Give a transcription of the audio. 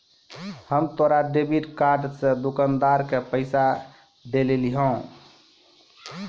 हम तोरा debit card से दुकानदार के पैसा देलिहों